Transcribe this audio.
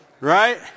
Right